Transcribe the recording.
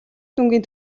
дүнгийн